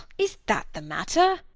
is that the matter?